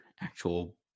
actual